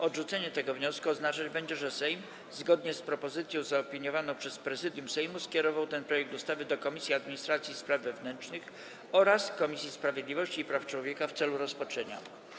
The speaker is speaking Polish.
Odrzucenie tego wniosku oznaczać będzie, że Sejm, zgodnie z propozycją zaopiniowaną przez Prezydium Sejmu, skierował ten projekt ustawy do Komisji Administracji i Spraw Wewnętrznych oraz Komisji Sprawiedliwości i Praw Człowieka w celu rozpatrzenia.